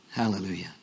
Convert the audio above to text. Hallelujah